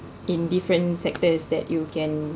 in different sectors that you can